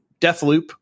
Deathloop